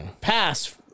pass